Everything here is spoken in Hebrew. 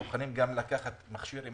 והם מוכנים לקבל אותו,